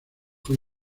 fue